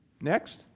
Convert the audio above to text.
next